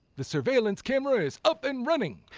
the surveillance camera is up and running.